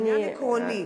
זה עניין עקרוני.